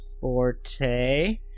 Forte